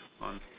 on